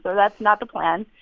but that's not the plan.